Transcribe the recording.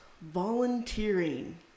volunteering